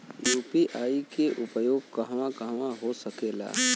UPI के उपयोग कहवा कहवा हो सकेला?